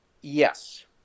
yes